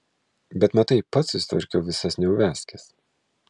bet matai pats susitvarkiau visas neuviazkes